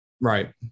Right